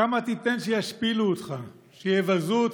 כמה תיתן שישפילו אותך, שיבזו אותך?